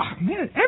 man